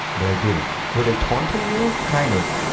but i didn't. were they taunting you? kind of.